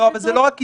זה לא רק קיצור,